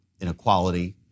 inequality